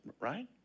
right